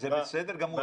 זה בסדר גמור.